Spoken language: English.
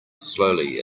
slowly